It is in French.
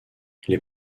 les